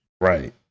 Right